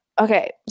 Okay